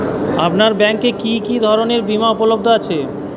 আপনার ব্যাঙ্ক এ কি কি ধরনের বিমা উপলব্ধ আছে?